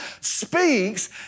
speaks